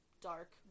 dark